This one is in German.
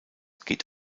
geht